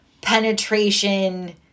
penetration